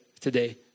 today